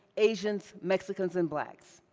asians, mexicans and blacks.